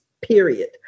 period